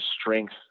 strength